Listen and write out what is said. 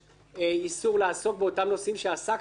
איסור לעסוק באותם נושאים שעסקת בהם